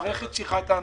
המערכת צריכה את האנשים.